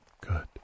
good